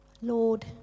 Lord